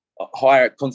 higher